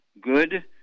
good